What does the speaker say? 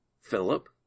Philip